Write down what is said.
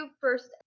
first